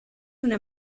una